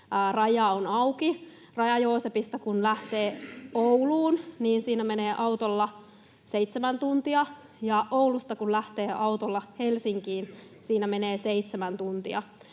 raja on auki, ja Raja-Joosepista kun lähtee Ouluun, niin siinä menee autolla seitsemän tuntia, ja Oulusta kun lähtee autolla Helsinkiin, siinä menee seitsemän tuntia,